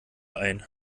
ein